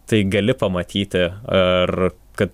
tai gali pamatyti ar kad